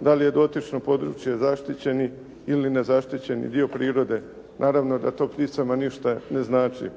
da li je dotično područje zaštićeni ili nezaštićeni dio prirode. Naravno da to pticama ništa ne znači.